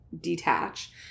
detach